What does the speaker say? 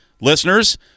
listeners